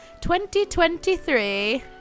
2023